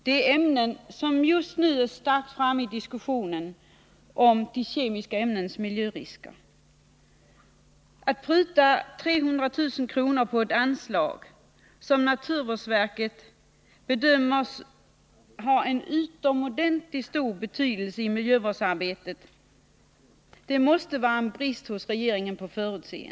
Det är ämnen som just nu är mycket uppmärksammade i diskussionen om kemiska ämnens miljörisker. Att pruta 300 000 kr: på ett anslag som naturvårdsverket bedömer ha utomordentligt stor betydelse i miljövårdsarbetet — det måste innebära brist på förutseende hos regeringen.